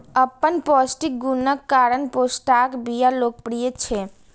अपन पौष्टिक गुणक कारण पोस्ताक बिया लोकप्रिय छै